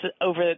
over